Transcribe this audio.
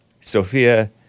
Sophia